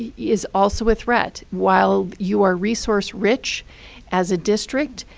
is also a threat. while you are resource rich as a district,